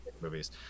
movies